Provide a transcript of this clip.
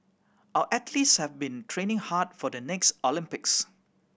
our athletes have been training hard for the next Olympics